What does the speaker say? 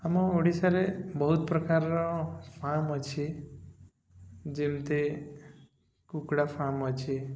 ଆମ ଓଡ଼ିଶାରେ ବହୁତ ପ୍ରକାରର ଫାର୍ମ ଅଛି ଯେମିତି କୁକୁଡ଼ା ଫାର୍ମ ଅଛି